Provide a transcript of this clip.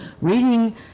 reading